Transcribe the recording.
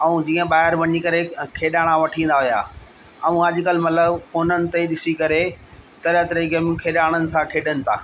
ऐं जीअं ॿाहिरि वञी करे खेॾाणा वठी ईंदा हुया ऐं अॼु कल्ह मतिलबु फोननि ते ई ॾिसी करे तरह तरह जूं गेमूं खेॾाणनि सां खेॾनि था